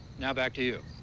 now back to you.